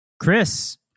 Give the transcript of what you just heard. Chris